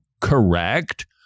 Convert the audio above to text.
Correct